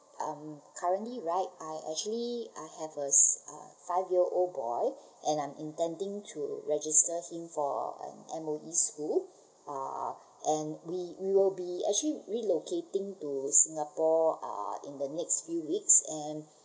um currently right I actually I have a uh five year old boy and I'm intending to register him for um M_O_E school uh and we we will be actually relocating to singapore uh in the next few weeks and